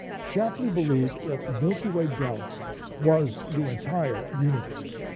shapley believed that the milky way galaxy was the entire universe.